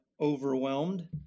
overwhelmed